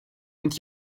und